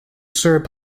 serb